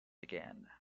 again